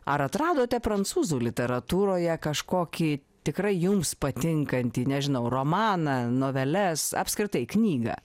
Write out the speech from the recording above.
ar atradote prancūzų literatūroje kažkokį tikrai jums patinkantį nežinau romaną noveles apskritai knygą